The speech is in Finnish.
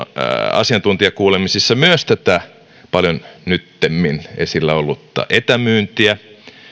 asiantuntijakuulemisissa myös tätä paljon nyttemmin esillä ollutta etämyyntiä